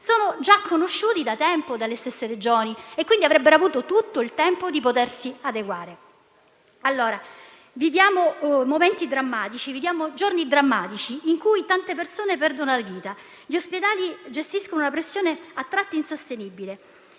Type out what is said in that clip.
sono conosciuti da tempo dalle stesse Regioni, che quindi avrebbero avuto tutto il tempo di potersi adeguare. Viviamo giorni drammatici, in cui tante persone perdono la vita; gli ospedali gestiscono una pressione a tratti insostenibile.